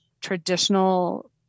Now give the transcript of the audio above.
traditional